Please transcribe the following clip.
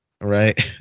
Right